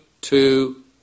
two